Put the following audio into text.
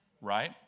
Right